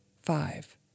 five